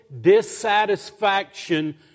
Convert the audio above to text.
dissatisfaction